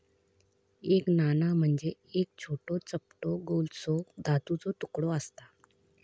एक नाणा म्हणजे एक छोटो, चपटो गोलसो धातूचो तुकडो आसता